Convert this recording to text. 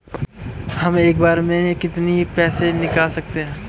हम एक बार में कितनी पैसे निकाल सकते हैं?